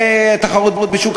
מכובדי היושב-ראש,